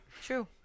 true